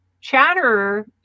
Chatterer